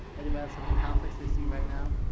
anywhere so many conflicts they see right now